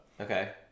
okay